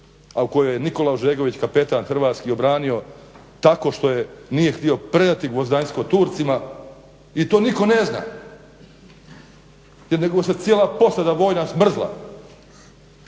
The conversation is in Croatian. a u kojoj je Nikola Ožegović kapetan hrvatski obranio tako što nije htio predati Gvozdanjsko Turcima i to nitko ne zna, … cijela posada vojna smrzla.